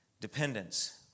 Dependence